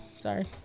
Sorry